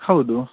ಹೌದು